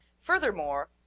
Furthermore